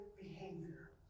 behavior